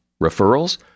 Referrals